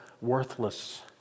worthless